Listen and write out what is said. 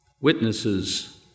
witnesses